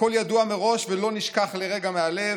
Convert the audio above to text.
הכול ידוע מראש ולא נשכח לרגע מהלב.